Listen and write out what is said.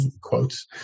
quotes